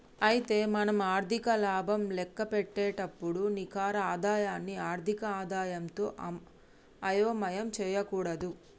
అయితే మనం ఆర్థిక లాభం లెక్కపెట్టేటప్పుడు నికర ఆదాయాన్ని ఆర్థిక ఆదాయంతో అయోమయం చేయకూడదు